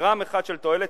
גרם אחד של תועלת.